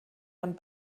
man